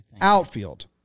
Outfield